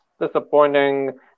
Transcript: disappointing